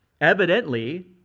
Evidently